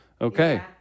Okay